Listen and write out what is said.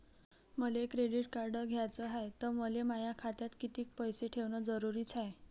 मले credit card घ्याचं हाय, त मले माया खात्यात कितीक पैसे ठेवणं जरुरीच हाय?